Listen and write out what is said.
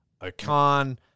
Okan